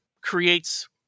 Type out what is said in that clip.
creates